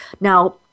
Now